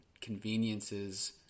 conveniences